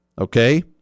Okay